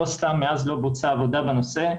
לא סתם מאז לא בוצעה עבודה בנושא.